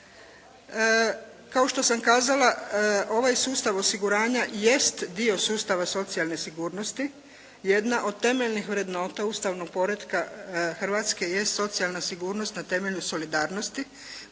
Kao što sam kazala, ovaj sustav osiguranja jest dio sustava socijalne sigurnosti, jedna od temeljnih vrednota ustavnog poretka Hrvatske jest socijalna sigurnost na temelju solidarnosti.